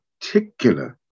particular